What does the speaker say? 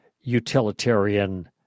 utilitarian